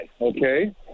Okay